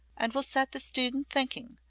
and will set the student thinking,